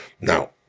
Now